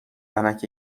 ونک